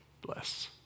bless